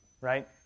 right